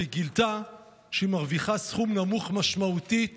והיא גילתה שהיא מרוויחה סכום נמוך משמעותית